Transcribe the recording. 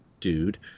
Dude